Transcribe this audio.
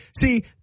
See